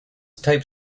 type